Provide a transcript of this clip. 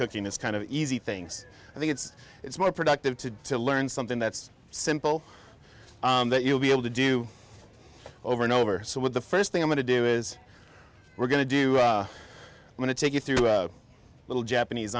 cooking is kind of easy things i think it's it's more productive to do to learn something that's simple that you'll be able to do over and over so what the first thing i'm going to do is we're going to do i want to take you through a little japanese